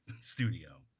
studio